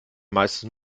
meistens